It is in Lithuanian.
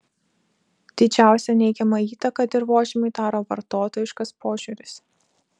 didžiausią neigiamą įtaką dirvožemiui daro vartotojiškas požiūris